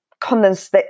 condense